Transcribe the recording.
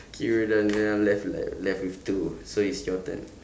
okay we're done then I'm left with like left with two so it's your turn